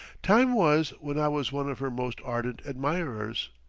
time was when i was one of her most ardent admirers.